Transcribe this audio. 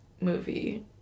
movie